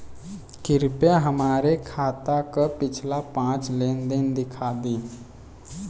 कृपया हमरे खाता क पिछला पांच लेन देन दिखा दी